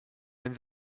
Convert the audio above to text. and